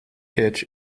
hitch